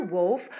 Wolf